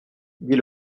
dis